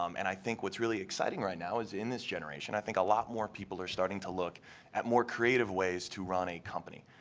um and i think what is really exciting right now is in this generation, i think a lot more people are starting to look at more creative ways to run a company.